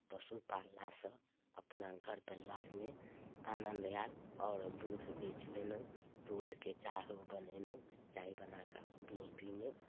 पशु पालला सँ अपना घर परिवारमे आनन्द आयल आओर दूध बेच लेलहुँ दूधके चाह बनेलहुँ चाय बना कऽ अपनो पीलहुँ